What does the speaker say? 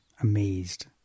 amazed